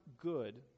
good